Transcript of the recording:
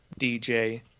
DJ